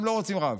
הם לא רוצים רב,